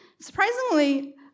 Surprisingly